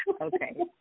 Okay